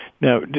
now